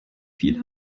viel